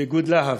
ואיגוד לה"ב,